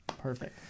perfect